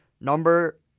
number